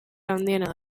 handiena